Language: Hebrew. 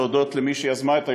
להודות למי שיזמה את היום,